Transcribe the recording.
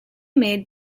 made